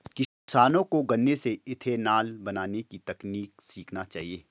किसानों को गन्ने से इथेनॉल बनने की तकनीक सीखना चाहिए